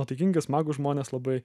nuotaikingi smagūs žmonės labai